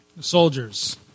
soldiers